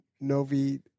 Novi